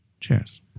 cheers